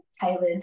tailored